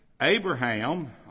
Abraham